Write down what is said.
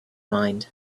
mind